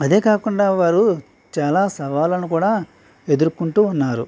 అదే కాకుండా వారు చాలా సవాలను కూడా ఎదుర్కొంటూ ఉన్నారు